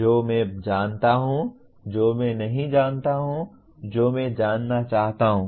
जो मैं जानता हूं जो मैं नहीं जानता हूं जो मैं जानना चाहता हूं